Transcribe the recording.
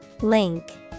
Link